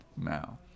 now